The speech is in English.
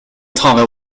target